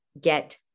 get